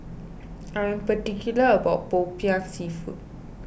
I am particular about Popiah Seafood